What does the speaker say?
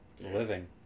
living